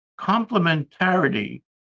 complementarity